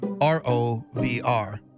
R-O-V-R